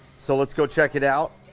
so let's go check it out.